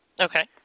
Okay